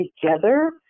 together